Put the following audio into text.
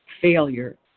failure